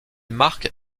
marque